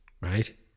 Right